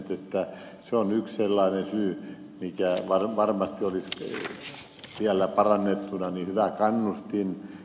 se on yksi sellainen keino mikä varmasti olisi vielä parannettuna hyvä kannustin